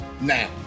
Now